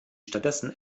stattdessen